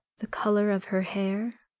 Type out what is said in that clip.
the colour of her hair?